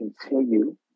continue